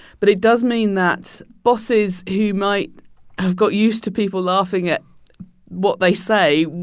but it does mean that bosses who might have got used to people laughing at what they say,